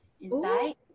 inside